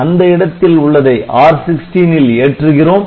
அந்த இடத்தில் உள்ளதை R16 ல் ஏற்றுகிறோம்